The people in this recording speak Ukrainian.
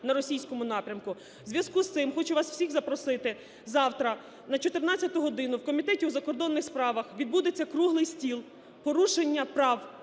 на російському напрямку. В зв'язку з цим хочу вас всіх запросити завтра на 14 годину, в Комітеті у закордонних справах відбудеться круглий стіл: "Порушення прав